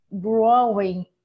growing